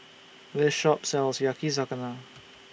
This Shop sells Yakizakana